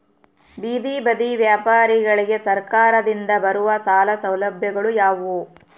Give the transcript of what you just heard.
ಬೇದಿ ಬದಿ ವ್ಯಾಪಾರಗಳಿಗೆ ಸರಕಾರದಿಂದ ಬರುವ ಸಾಲ ಸೌಲಭ್ಯಗಳು ಯಾವುವು?